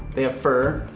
they have fur.